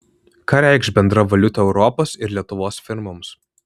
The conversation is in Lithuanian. ką reikš bendra valiuta europos ir lietuvos firmoms